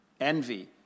Envy